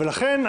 לכן,